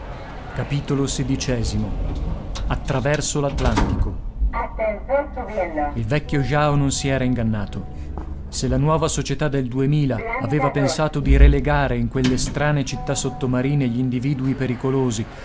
tenetevi stretti il vecchio jao non si era ingannato se la nuova società del duemila aveva pensato di relegare in quelle strane città sottomarine gl'individui pericolosi